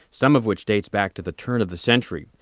some of which dates back to the turn of the century,